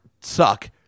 suck